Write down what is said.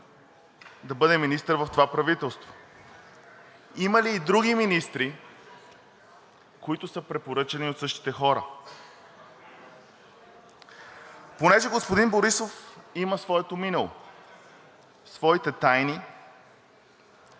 да бъде министър в това правителство? Има ли и други министри, които са препоръчани от същите хора? Понеже господин Борисов има своето минало, своите тайни,